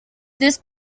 this